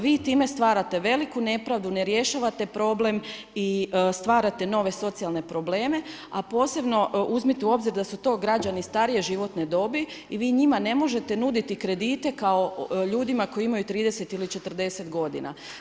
Vi time stvarate veliku nepravdu i ne rješavate problem i stvarate nove socijalne probleme, a posebno uzmite u obzir da su to građani starije životne dobe i vi njima ne možete nuditi kredite kao ljudima koji imaju 30 ili 40 godina.